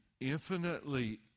infinitely